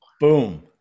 Boom